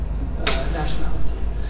nationalities